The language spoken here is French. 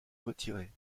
retirer